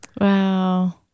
Wow